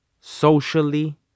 socially